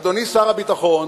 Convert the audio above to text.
אדוני שר הביטחון,